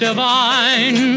Divine